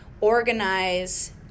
organize